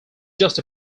just